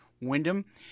Wyndham